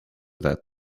that